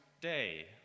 Day